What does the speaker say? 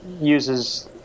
uses